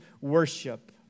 worship